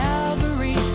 Calvary